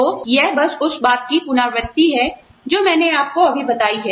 तो यह बस उस बात का पुनरावृत्ति है जो मैंने आपको अभी बताई है